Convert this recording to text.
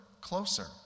closer